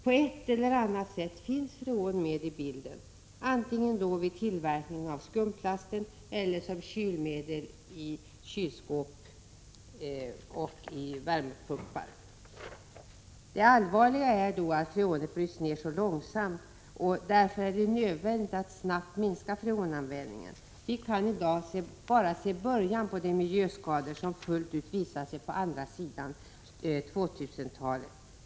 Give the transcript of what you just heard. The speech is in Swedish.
På ett eller annat sätt finns freon med i bilden, antingen vid tillverkningen av skumplasten eller som kylmedel i kylskåp och i värmepumpar. Det allvarliga är att freonet bryts ned så långsamt. Därför är det nödvändigt att snabbt minska freonanvändningen. Vi kan i dag bara se början av de miljöskador som fullt ut kommer att visa sig på andra sidan 2000-talet.